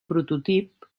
prototip